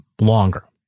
longer